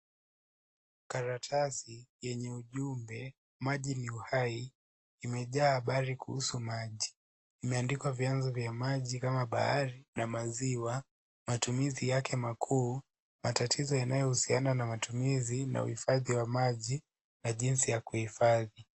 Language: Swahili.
Karatasi lenye ujumbe maji ni uhai limejaahabari kuhusu maji. Limeandikwa vyanzo vya maji kamabahari na mziwa, matumizi yake makuu, matatizo yanayohusiana na matumizi na uhifandi wa maji na jinsi ya kuhifadhi.